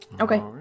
Okay